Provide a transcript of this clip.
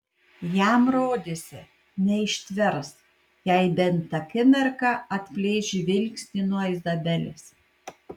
jam rodėsi neištvers jei bent akimirką atplėš žvilgsnį nuo izabelės